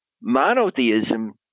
monotheism